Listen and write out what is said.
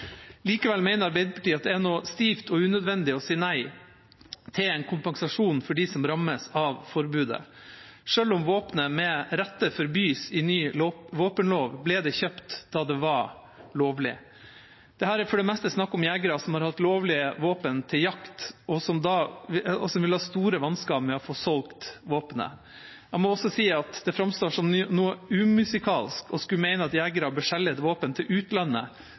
Likevel mener Arbeiderpartiet at det er noe stivt og unødvendig å si nei til en kompensasjon for dem som rammes av forbudet. Selv om våpenet med rette forbys i ny våpenlov, ble det kjøpt da det var lovlig. Dette er for det meste er snakk om jegere som har hatt lovlig våpen til jakt, og som vil ha store vansker med å få solgt våpenet. Jeg må også si at det framstår som noe umusikalsk å skulle mene at jegere bør selge våpen som vi har vedtatt et forbud mot i vårt eget land, til utlandet.